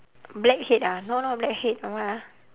blackhead ah no no blackhead uh what ah